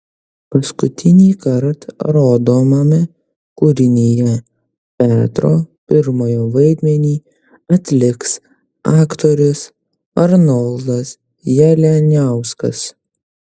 paskutinįkart rodomame kūrinyje petro pirmojo vaidmenį atliks aktorius arnoldas jalianiauskas